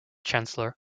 chancellor